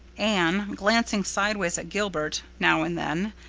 anne, glancing sideways at gilbert, now and then,